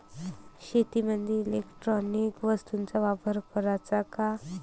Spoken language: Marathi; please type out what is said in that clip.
शेतीमंदी इलेक्ट्रॉनिक वस्तूचा वापर कराचा का?